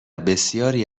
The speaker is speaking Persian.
بسیاری